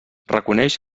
reconeix